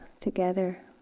together